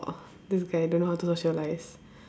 err this guy don't know how to socialise